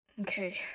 okay